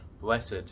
Blessed